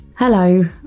Hello